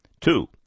Two